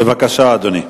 בבקשה, אדוני.